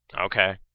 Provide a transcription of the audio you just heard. Okay